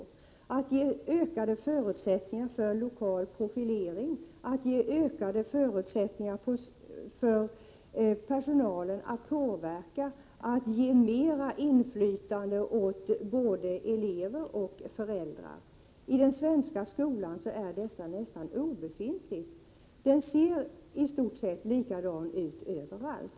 Vi vill ge ökade förutsättningar för lokal profilering, ge ökade förutsättningar för personalen att påverka, ge mer inflytande åt både elever och föräldrar. I den svenska skolan är dessa möjligheter nästan obefintliga. Skolan ser i stort sett nästan likadan ut överallt.